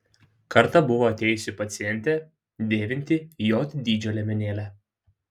kartą buvo atėjusi pacientė dėvinti j dydžio liemenėlę